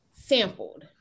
sampled